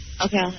Okay